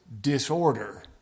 disorder